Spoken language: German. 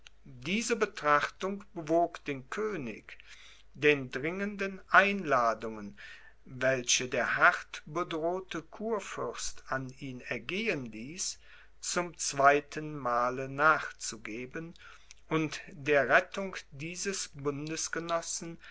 diese betrachtung bewog den könig den dringenden einladungen welche der hart bedrohte kurfürst an ihn ergehen ließ zum zweitenmal nachzugeben und der rettung dieses